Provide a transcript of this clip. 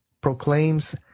proclaims